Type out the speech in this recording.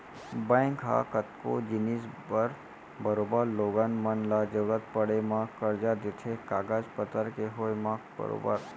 bank ह कतको जिनिस बर बरोबर लोगन मन ल जरुरत पड़े म करजा देथे कागज पतर के होय म बरोबर